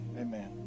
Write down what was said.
amen